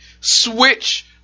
switch